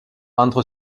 entre